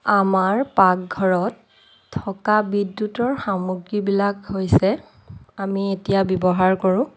আমাৰ পাকঘৰত থকা বিদ্যুতৰ সামগ্ৰীবিলাক হৈছে আমি এতিয়া ব্যৱহাৰ কৰোঁ